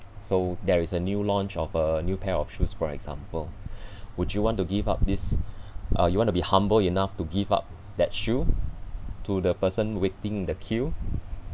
so there is a new launch of a new pair of shoes for example would you want to give up this uh you want to be humble enough to give up that shoe to the person waiting the queue